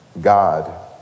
God